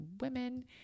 women